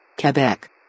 Quebec